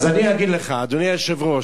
אז אני אגיד לך, אדוני היושב-ראש,